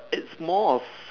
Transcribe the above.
it's more of